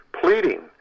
pleading